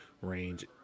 range